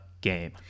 game